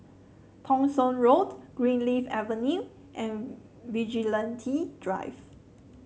Thong Soon Road Greenleaf Avenue and Vigilante Drive